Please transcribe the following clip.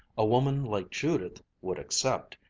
a woman like judith would accept,